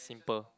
simple